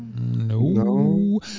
No